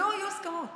לא היו הסכמות.